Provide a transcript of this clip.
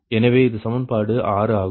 எனவே இது சமன்பாடு 6 ஆகும்